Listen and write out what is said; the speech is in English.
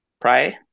pray